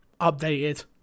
updated